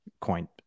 coin